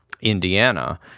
Indiana